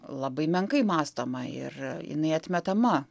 labai menkai mąstoma ir jinai atmetama